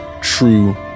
true